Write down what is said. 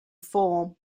form